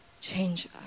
change